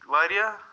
وارِیاہ